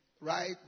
Right